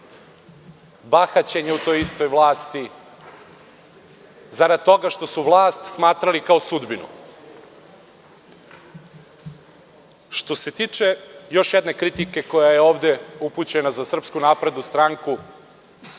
bahaćenje u toj istoj vlasti. Zarad toga što su vlast smatrali kao sudbinu. Što se tiče još jedne kritike, koja je ovde upućena za SNS, Srbija